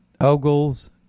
Ogles